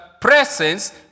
presence